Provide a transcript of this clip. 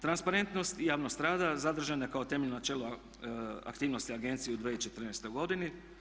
Transparentnost i javnost rada zadržano je kao temeljno načelo aktivnosti agencije u 2014. godini.